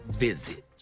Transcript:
visit